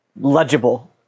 legible